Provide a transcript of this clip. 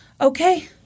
okay